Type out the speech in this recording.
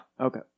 Okay